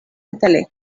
hoteler